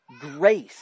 grace